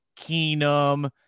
Keenum